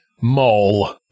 Mole